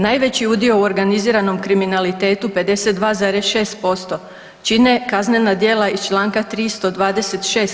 Najveći udio u organiziranom kriminalitetu 52,6% čine kaznena djela iz Članka 326.